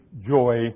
joy